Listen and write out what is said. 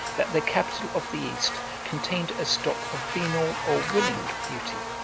that the capital of the east contained a stock of venal or willing beauty,